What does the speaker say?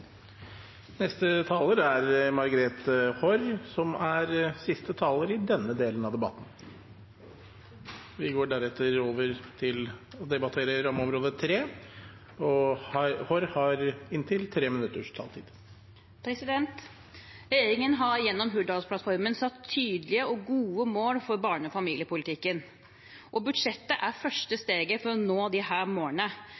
som heretter får ordet i denne delen av debatten, har en taletid på inntil 3 minutter. Regjeringen har gjennom Hurdalsplattformen satt tydelige og gode mål for barne- og familiepolitikken. Budsjettet er første